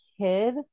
kid